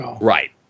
Right